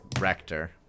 Rector